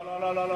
לא, לא.